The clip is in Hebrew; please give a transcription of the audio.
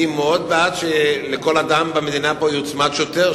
אני מאוד בעד שלכל אדם במדינה יוצמד שוטר,